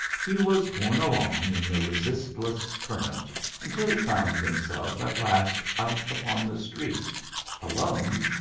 he was borne along in the resistless current until he found himself at last out upon the street alone,